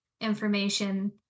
information